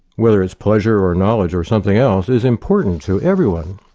whether it's pleasure or knowledge or something else, is important to everyone.